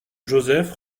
joseph